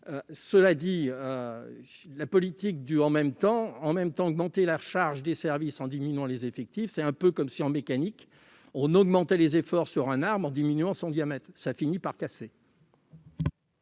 Cela dit, augmenter la charge des services tout en diminuant les effectifs, c'est un peu comme si, en mécanique, on augmentait les efforts sur un arbre en diminuant son diamètre ... Cela finit par casser.